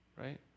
right